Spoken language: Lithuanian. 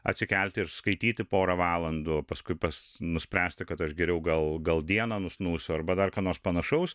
atsikelti ir skaityti porą valandų o paskui pats nuspręsti kad aš geriau gal gal dieną nusnūsiu arba dar ką nors panašaus